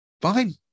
fine